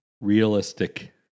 Realistic